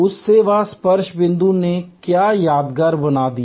उस सेवा स्पर्श बिंदु ने क्या यादगार बना दिया